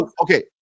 Okay